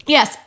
Yes